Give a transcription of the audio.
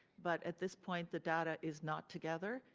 but at this point, the data is not together,